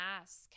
ask